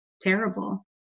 terrible